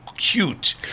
cute